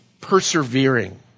persevering